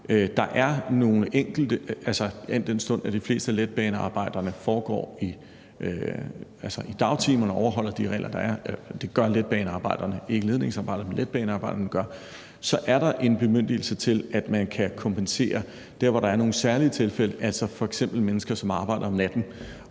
om at kompensere. Al den stund at de fleste af letbanearbejderne foregår i dagtimerne og overholder de regler, der er, og det gør letbanearbejderne – ikke ledningsarbejderne, men letbanearbejderne – så er der en bemyndigelse til, at man kan kompensere der, hvor der er nogle særlige tilfælde, altså f.eks. mennesker, som arbejder om natten.